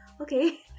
Okay